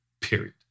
period